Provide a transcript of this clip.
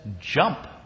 jump